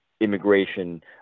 immigration